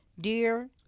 Dear